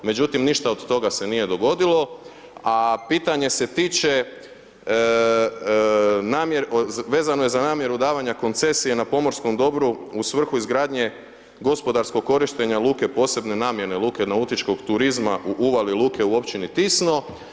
Međutim, ništa od toga se nije dogodilo, a pitanje se tiče, vezano je za namjeru davanja koncesije na pomorskom dobru u svrhu izgradnje gospodarskog korištenja luke posebne namjene, Luke nautičkog turizma u uvali luke u općini Tisno.